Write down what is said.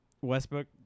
westbrook